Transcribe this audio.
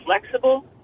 flexible